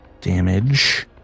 damage